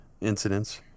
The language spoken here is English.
incidents